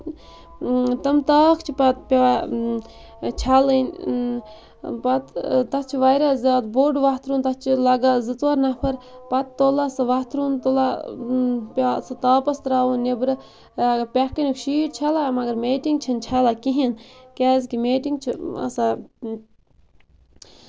تِم تاخ چھِ پَتہٕ پیٚوان چھَلٕنۍ پَتہٕ تَتھ چھُ واریاہ زیادٕ بوٚڈ وَتھرُن تَتھ چھُ لگان زٕ ژور نَفر پَتہٕ تُلان سُہ وَتھرُن تُلان پیٚوان سُہ تاپَس ترٛاوُن نیٚبرٕ پیٚٹھ شیٖٹ چھَلان مَگر میٹِنٛگ چھےٚ نہٕ چھَلان کِہیٖنٛۍ کیٛازِ کہِ میٹِنٛگ چھےٚ آسان